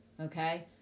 okay